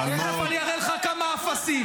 תכף אני אראה לך כמה אפסים.